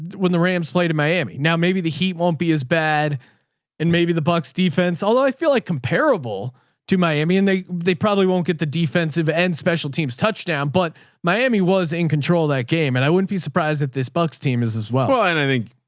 when the rams played in miami. now maybe the heat won't be as bad and maybe the buck's defense, although i feel like comparable to miami and they, they probably won't get the defensive end special teams touchdown, but miami was in control of that game. and i wouldn't be surprised if this buck's team is as well. and i think